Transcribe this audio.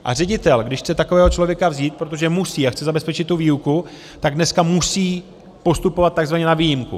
A ředitel, když chce takového člověka vzít, protože musí a chce zabezpečit tu výuku, tak dneska musí postupovat takzvaně na výjimku.